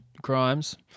crimes